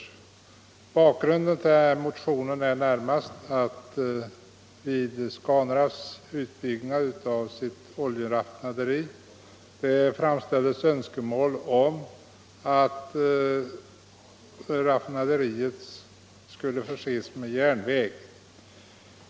Bakgrunden till denna motion är närmast att vid Scanraffs utbyggnad av oljeraffinaderiet framställdes önskemål om att raffinaderiet skulle förses med järnväg.